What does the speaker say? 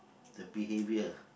the behavior